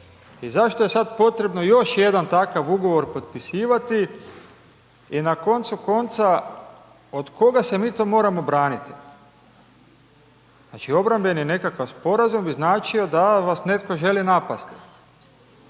i zašto je sad potrebno još jedan takav ugovor potpisivati i na koncu konca, od koga se mi to moramo braniti? Znači, obrambeni nekakav sporazum bi značio da vas netko želi napasti.